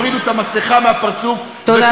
והגיע הזמן שתורידו את המסכה מהפרצוף, תודה רבה.